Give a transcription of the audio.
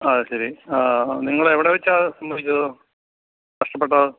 ആ ശരി നിങ്ങൾ എവിടെ വെച്ചാണ് സംഭവിച്ചത് നഷ്ടപ്പെട്ടത്